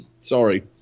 sorry